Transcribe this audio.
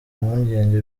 mpungenge